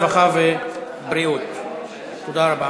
הרווחה והבריאות נתקבלה.